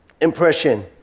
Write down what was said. impression